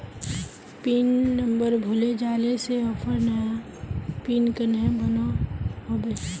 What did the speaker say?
Pin number भूले जाले से ऑफर नया पिन कन्हे बनो होबे?